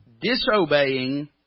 Disobeying